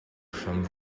from